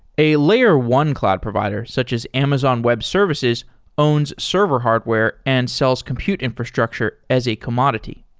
a layer one cloud provider, such as amazon web services owns server hardware and sells compute infrastructure as a commodity.